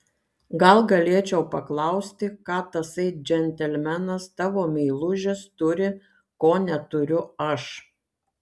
gal galėčiau paklausti ką tasai džentelmenas tavo meilužis turi ko neturiu aš